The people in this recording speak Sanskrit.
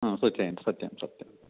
सूचयन्तु सत्यं सत्यं